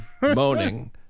moaning